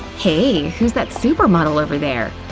hey, who's that supermodel over there?